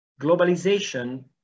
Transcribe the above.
globalization